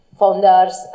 founders